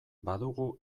badugu